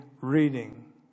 reading